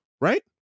Right